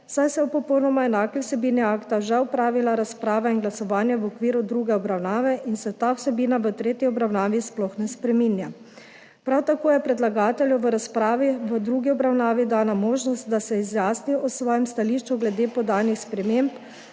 saj se je o popolnoma enaki vsebini akta že opravila razprava in tudi glasovanje v okviru druge obravnave in se ta vsebina v tretji obravnavi sploh ne spreminja. Prav tako je predlagatelju v razpravi v drugi obravnavi dana možnost, da se izjasni o svojem stališču glede podanih sprememb